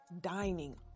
dining